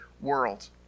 world